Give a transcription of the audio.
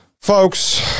folks